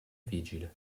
vigile